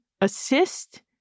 assist